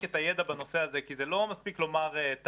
את הידע בנושא הזה כי זה לא מספיק לומר תמ"א,